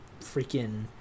freaking